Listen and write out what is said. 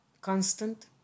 Constant